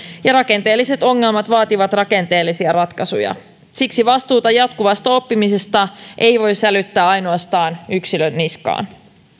ja rakenteelliset ongelmat vaativat rakenteellisia ratkaisuja siksi vastuuta jatkuvasta oppimisesta ei voi sälyttää ainoastaan yksilön niskaan